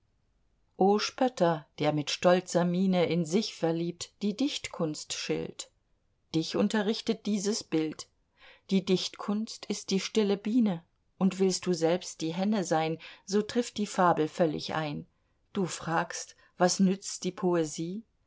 o spötter der mit stolzer miene in sich verliebt die dichtkunst schilt dich unterrichtet dieses bild die dichtkunst ist die stille biene und willst du selbst die henne sein so trifft die fabel völlig ein du fragst was nützt die poesie